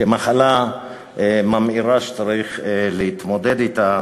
כמחלה ממאירה שצריך להתמודד אתה,